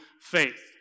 faith